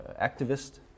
activist